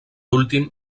últim